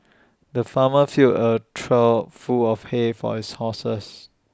the farmer filled A trough full of hay for his horses